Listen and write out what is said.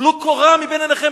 טלו קורה מבין עיניכם,